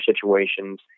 situations